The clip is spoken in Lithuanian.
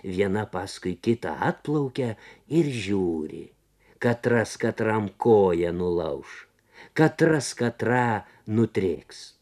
viena paskui kitą atplaukė ir žiūri katras katram koją nulauš katras katrą nudrėks